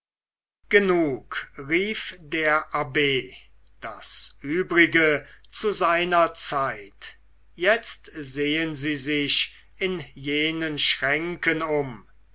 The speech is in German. genug rief der abb das übrige zu seiner zeit jetzt sehen sie sich in jenen schränken um